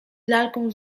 lalką